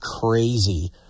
crazy